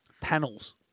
Panels